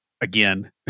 again